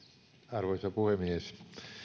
arvoisa puhemies